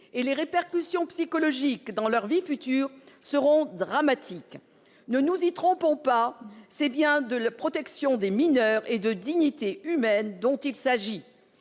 et les répercussions psychologiques dans leur vie future seront dramatiques. Ne nous y trompons pas, c'est bien de protection des mineures et de dignité humaine qu'il s'agit.